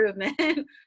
improvement